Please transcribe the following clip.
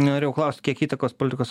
norėjau klausti kiek įtakos politikos